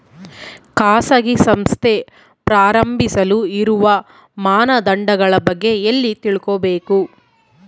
ಖಾಸಗಿ ಸಂಸ್ಥೆ ಪ್ರಾರಂಭಿಸಲು ಇರುವ ಮಾನದಂಡಗಳ ಬಗ್ಗೆ ಎಲ್ಲಿ ತಿಳ್ಕೊಬೇಕು?